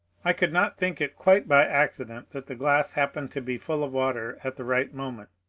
i could not think it quite by accident that the glass happened to be full of water at the right moment.